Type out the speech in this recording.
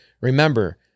remember-